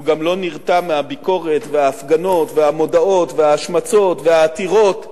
הוא גם לא נרתע מהביקורת וההפגנות והמודעות וההשמצות והעתירות וההטרדות,